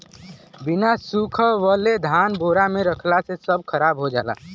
बिना सुखवले धान बोरा में रखला से सब खराब हो जाला